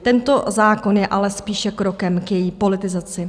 Tento zákon je ale spíše krokem k její politizaci.